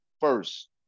first